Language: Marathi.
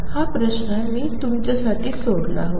हा प्रश्न मी तुमच्यासाठी सोडला होता